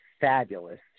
fabulous